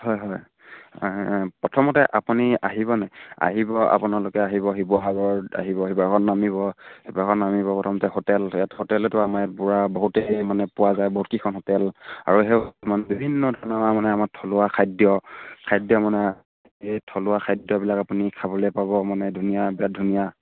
হয় হয় প্ৰথমতে আপুনি আহিবনে আহিব আপোনালোকে আহিব শিৱসাগৰ আহিব শিৱসাগৰত নামিব শিৱসাগৰত নামিব প্ৰথমতে হোটেল ইয়াত হোটেলতো আমাৰ পুৰা বহুতেই মানে পোৱা যায় বহুতকেইখন হোটেল আৰু সেই বিভিন্ন ধৰণৰ মানে আমাৰ থলুৱা খাদ্য খাদ্য মানে এই থলুৱা খাদ্যবিলাক আপুনি খাবলে পাব মানে ধুনীয়া বিৰাট ধুনীয়া